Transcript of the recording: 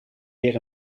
weer